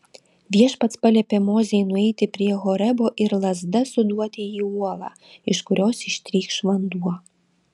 viešpats paliepė mozei nueiti prie horebo ir lazda suduoti į uolą iš kurios ištrykš vanduo